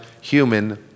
human